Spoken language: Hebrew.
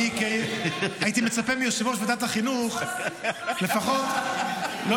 הייתי מצפה מיושב-ראש ועדת החינוך לפחות לא